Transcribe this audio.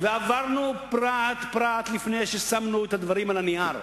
ועברנו פרט-פרט לפני ששמנו את הדברים על הנייר.